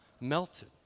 melted